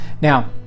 Now